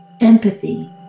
empathy